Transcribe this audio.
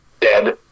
dead